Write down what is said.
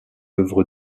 œuvre